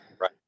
Right